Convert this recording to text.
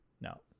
No